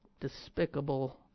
despicable